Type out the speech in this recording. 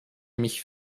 mich